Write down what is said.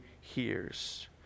hears